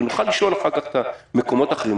שנוכל לשאול אחר כך אתה המקומות האחרים,